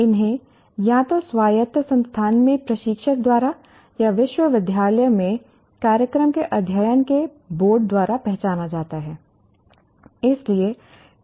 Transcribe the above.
इन्हें या तो स्वायत्त संस्थान में प्रशिक्षक द्वारा या विश्वविद्यालय में कार्यक्रम के अध्ययन के बोर्ड द्वारा पहचाना जाता है